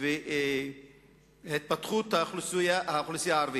והתפתחות האוכלוסייה הערבית.